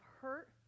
hurt